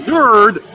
Nerd